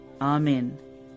Amen